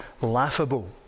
laughable